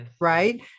right